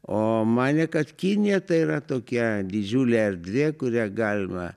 o manė kad kinija tai yra tokia didžiulė erdvė kurią galima